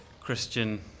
Christian